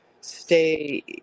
stay